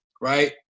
right